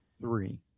Three